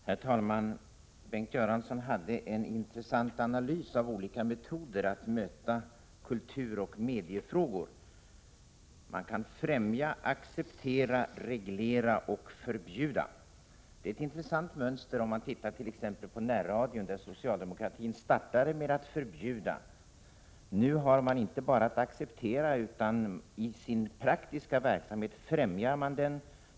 Herr talman! Bengt Göransson hade en intressant analys av olika metoder att möta kulturoch mediefrågor: man kan främja, acceptera, reglera och förbjuda. Det är ett intressant mönster, om man tittar t.ex. på närradion, där socialdemokratin startade med att förbjuda. Nu har man inte bara accepterat den, utan i sin praktiska verksamhet främjar man den.